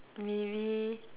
maybe